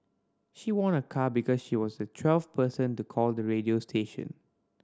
she won a car because she was the twelfth person to call the radio station